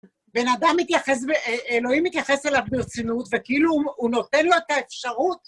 בן אדם מתייחס, אלוהים מתייחס אליו ברצינות, וכאילו הוא נותן לו את האפשרות...